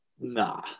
Nah